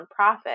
nonprofit